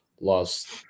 lost